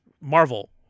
Marvel